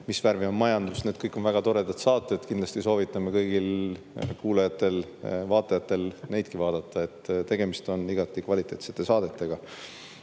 "Mis värvi on majandus?" – need kõik on väga toredad saated. Kindlasti soovitame kõigil kuulajatel-vaatajatel neid vaadata, tegemist on igati kvaliteetsete saadetega,